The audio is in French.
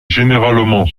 généralement